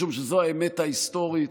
משום שזו האמת ההיסטורית,